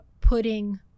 putting